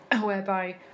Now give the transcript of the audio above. whereby